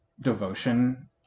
devotion